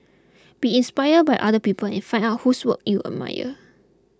be inspired by other people and find out whose work you admire